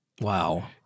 Wow